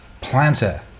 planter